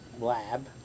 lab